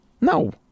No